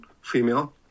female